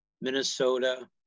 Minnesota